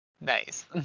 Nice